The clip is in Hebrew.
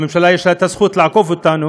הממשלה, יש לה זכות לעקוף אותנו